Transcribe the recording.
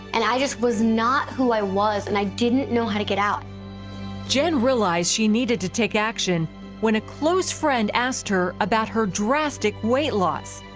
and i just was not who i was and i didn't know how to get out. wendy jen realized she needed to take action when a close friend asked her about her drastic weight loss.